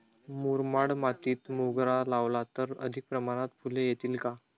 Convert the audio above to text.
मुरमाड मातीत मोगरा लावला तर अधिक प्रमाणात फूले येतील का?